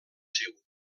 seu